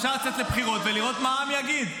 אפשר לצאת לבחירות ולראות מה העם יגיד.